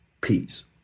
Peace